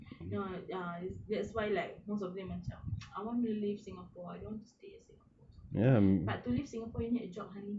no ya that's why like most of them macam I wanna leave singapore I don't want to stay at singapore or something but to live at singapore you need job honey